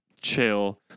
chill